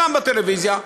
גם בטלוויזיה,